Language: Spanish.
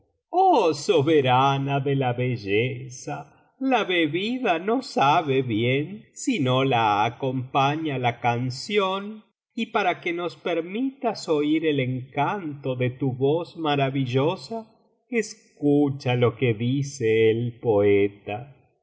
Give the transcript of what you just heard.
soberana de la belleza la bebida no sabe bien si no la acompaña la canción y para que nos permitas oir el encanto de tu voz maravillosa escucha lo que dice el poeta